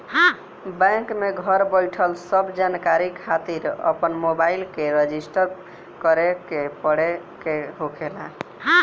bank में घर बईठल सब जानकारी खातिर अपन मोबाईल के रजिस्टर करे के पड़े के होखेला